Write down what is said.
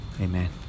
Amen